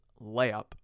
layup